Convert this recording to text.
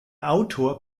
autor